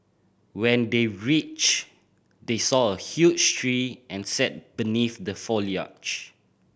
when they reached they saw a huge tree and sat beneath the foliage